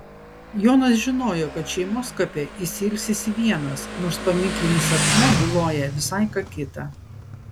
jonas žinojo kad šeimos kape jis ilsisi vienas nors paminklinis akmuo byloja visai ką kita